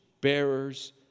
bearers